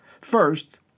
First